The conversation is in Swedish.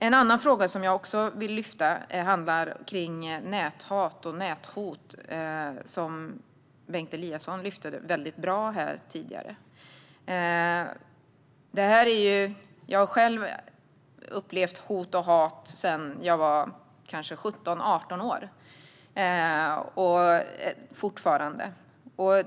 En annan fråga som jag vill lyfta är näthat och näthot, något som Bengt Eliasson lyfte väldigt bra tidigare. Jag har själv upplevt hot och hat sedan jag var kanske 17-18 år, och det händer fortfarande.